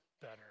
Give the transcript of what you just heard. better